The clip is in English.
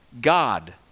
God